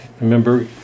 Remember